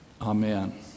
Amen